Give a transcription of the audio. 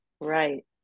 Right